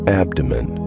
abdomen